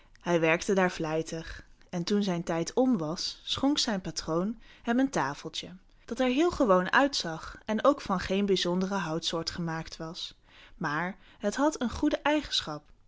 hij werkte daar vlijtig en toen zijn tijd om was schonk zijn patroon hem een tafeltje dat er heel gewoon uitzag en ook van geen bijzondere houtsoort gemaakt was maar het had een goede eigenschap